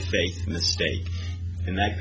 mistake and what